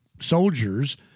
soldiers